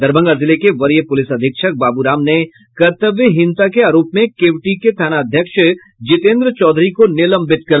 दरभंगा जिले के वरीय पुलिस अधीक्षक बाबूराम ने कर्त्तव्यहीनता के आरोप में केवटी के थानाध्यक्ष जितेंद्र चौधरी को निलंबित कर दिया